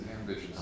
ambitious